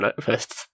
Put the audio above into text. first